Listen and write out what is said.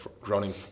groaning